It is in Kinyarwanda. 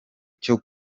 cyo